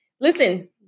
Listen